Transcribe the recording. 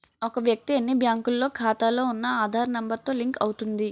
ఒక వ్యక్తి ఎన్ని బ్యాంకుల్లో ఖాతాలో ఉన్న ఆధార్ నెంబర్ తో లింక్ అవుతుంది